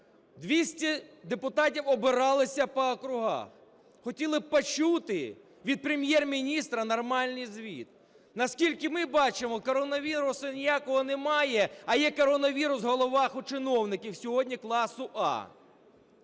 200 депутатів обиралися по округах, хотіли б почути від Прем'єр-міністра нормальний звіт. Наскільки ми бачимо, коронавіруса ніякого немає, а є коронавірус в головах у чиновників сьогодні класу "А".